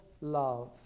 love